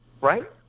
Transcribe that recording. right